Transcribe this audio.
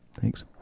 thanks